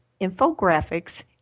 infographics